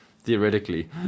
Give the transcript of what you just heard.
theoretically